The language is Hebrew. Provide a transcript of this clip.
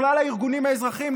לכלל הארגונים האזרחיים,